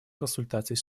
консультаций